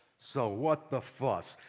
so what the fuss?